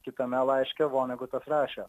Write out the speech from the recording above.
kitame laiške vonegutas rašė